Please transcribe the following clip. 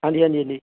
ਹਾਂਜੀ ਹਾਂਜੀ ਹਾਂਜੀ